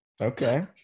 Okay